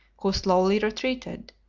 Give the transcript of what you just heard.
who slowly retreated,